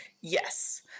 Yes